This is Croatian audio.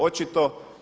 Očito